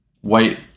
white